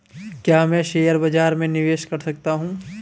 क्या मैं शेयर बाज़ार में निवेश कर सकता हूँ?